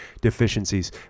deficiencies